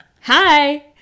Hi